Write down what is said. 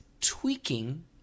tweaking